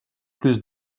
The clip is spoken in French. plus